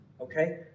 Okay